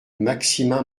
maximin